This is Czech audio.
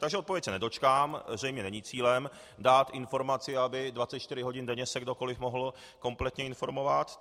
Takže odpovědi se nedočkám, zřejmě není cílem dát informaci, aby 24 hodin denně se kdokoliv mohl kompletně informovat.